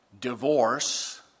divorce